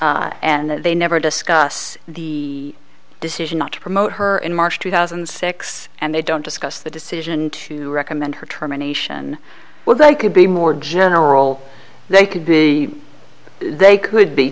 nine and they never discuss the decision not to promote her in march two thousand and six and they don't discuss the decision to recommend her term an asian well they could be more general they could be they could be